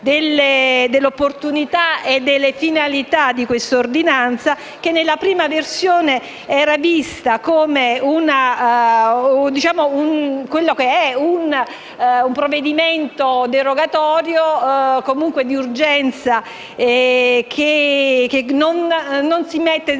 dell'opportunità e delle finalità di questa ordinanza, che, nella prima versione, era vista come un provvedimento derogatorio, o comunque di urgenza che non si